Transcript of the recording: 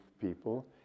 people